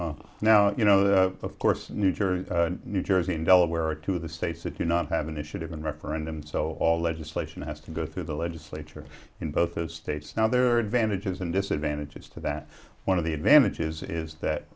hall now you know of course new jersey and new jersey and delaware are to the states that you not have initiative and referendum so all legislation has to go through the legislature in both those states now there are advantages and disadvantages to that one of the advantages is that